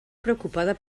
preocupada